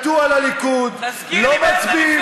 הרסה את הליכוד מבפנים, אתה בכלל יודע מה זה להיות